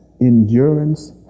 endurance